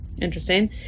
Interesting